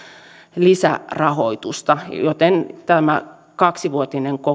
lisärahoitusta joten tämä kaksivuotinen